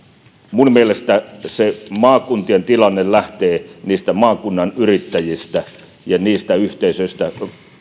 minun mielestäni se maakuntien tilanne lähtee niistä maakunnan yrittäjistä ja niistä yhteisöistä